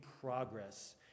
progress